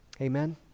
Amen